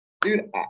Dude